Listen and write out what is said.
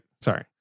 Sorry